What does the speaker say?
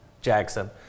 jackson